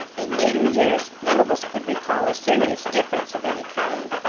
in later years none of us could recall a serious difference of any kind,